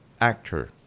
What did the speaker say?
actor